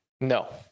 No